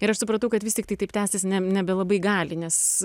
ir aš supratau kad vis tiktai taip tęstis ne nebelabai gali nes